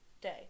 day